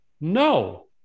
No